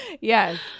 yes